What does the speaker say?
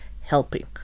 helping